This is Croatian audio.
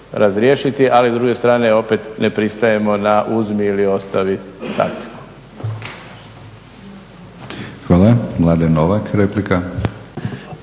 Ali s druge strane opet ne pristajemo na uzmi ili ostavi taktiku. **Batinić, Milorad